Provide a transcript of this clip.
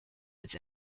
its